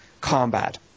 combat